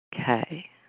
Okay